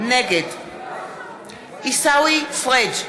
נגד עיסאווי פריג'